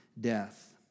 death